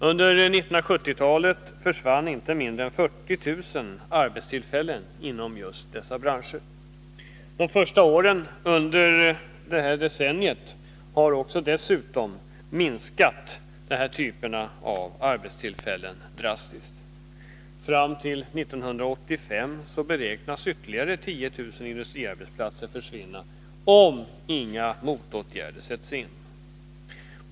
Under 1970-talet försvann inte mindre än 40 000 arbetstillfällen inom dessa branscher. Också de första åren under detta decennium har dessa typer av arbetstillfällen drastiskt minskat. Fram till 1985 beräknas ytterligare 10 000 industriarbetsplatser försvinna, om inga motåtgärder sätts in.